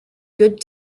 good